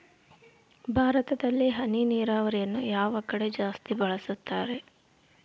ಭಾರತದಲ್ಲಿ ಹನಿ ನೇರಾವರಿಯನ್ನು ಯಾವ ಕಡೆ ಜಾಸ್ತಿ ಬಳಸುತ್ತಾರೆ?